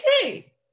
Okay